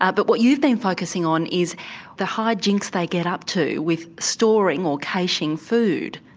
ah but what you've been focussing on is the hijinks they get up to with storing or caching food.